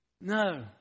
No